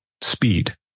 speed